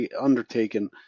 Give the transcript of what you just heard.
undertaken